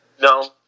No